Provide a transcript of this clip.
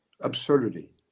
absurdity